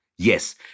Yes